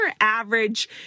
average